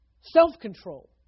Self-control